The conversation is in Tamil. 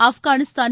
ஆப்கானிஸ்தான்